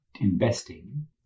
investing